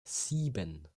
sieben